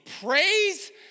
praise